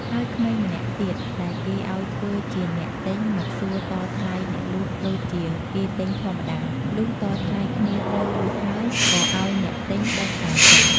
ហើយក្មេងម្នាក់ ទៀត ដែលគេឲ្យធ្វើជាអ្នកទិញមកសួរតថ្លៃអ្នកលក់ដូចជាគេទិញធម្មតា លុះតថ្លៃគ្នាត្រូវរួចហើយ ក៏ឲ្យអ្នកទិញបេះ តាមចិត្ត ។